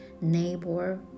neighbor